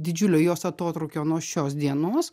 didžiulio jos atotrūkio nuo šios dienos